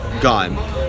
gone